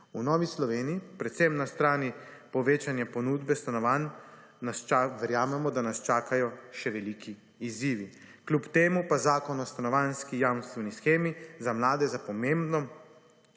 V Novi Sloveniji, predvsem na strani povečanja ponudbe stanovanj, verjamemo, da nas čakajo še veliki izzivi. Kljub temu pa Zakon o stanovanjski jamstveni shemi za mlade za pomembno